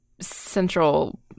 central